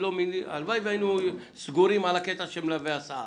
הלוואי והיינו סגורים על הקטע של מלווה הסעה.